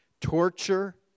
torture